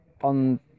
on